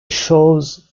shows